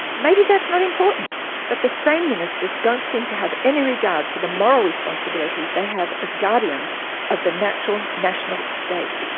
maybe that's not important but the same ministers don't seem to have any regard for the moral responsibility they have as guardians of the natural national estate.